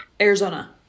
Arizona